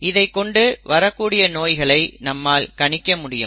இதைக் கொண்டு வரக்கூடிய நோய்களை நம்மால் கணிக்க முடியும்